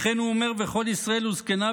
וכן הוא אומר: וכל ישראל וזקיניו